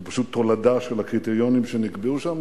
זה פשוט תולדה של הקריטריונים שנקבעו שם.